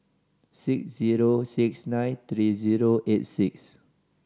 six zero six nine three zero eight six